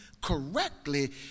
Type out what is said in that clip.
correctly